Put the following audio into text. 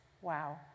Wow